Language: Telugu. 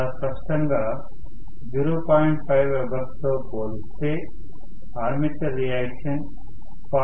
5 వెబర్తో పోలిస్తే ఆర్మేచర్ రియాక్షన్ 0